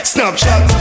Snapchat